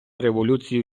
революції